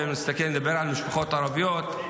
ואני מדבר על משפחות ערביות.